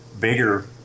bigger